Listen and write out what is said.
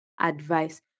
advice